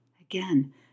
Again